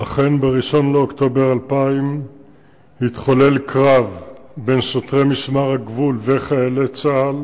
אכן ב-1 באוקטובר 2000 התחולל קרב בין שוטרי משמר הגבול וחיילי צה"ל